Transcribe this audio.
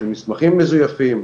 של מסמכים מזויפים,